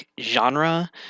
genre